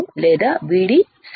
లేదా VD Saturation